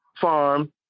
farm